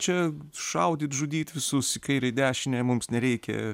čia šaudyt žudyt visus į kairę į dešinę mums nereikia